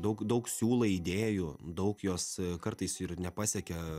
daug daug siūlai idėjų daug jos kartais ir nepasiekia